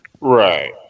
right